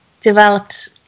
developed